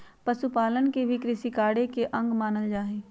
पशुपालन के भी कृषिकार्य के अंग मानल जा हई